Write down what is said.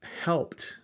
Helped